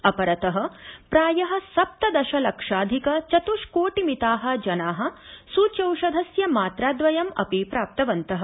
अपरतः प्रायः सप्तदश लक्षाधिक चत्ष्कोटि मिताः जनाः सूच्यौषधस्य मात्रा द्वयम् अपि प्राप्तवन्तः